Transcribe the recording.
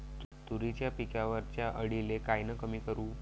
तुरीच्या पिकावरच्या अळीले कायनं कमी करू?